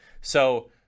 So-